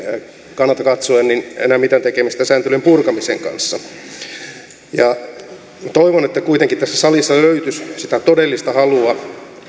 kannalta katsoen mitään tekemistä sääntelyn purkamisen kanssa toivon että kuitenkin tässä salissa löytyisi sitä todellista halua